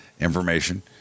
information